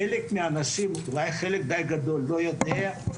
חלק מהאנשים, אולי חלק די גדול, לא יודע,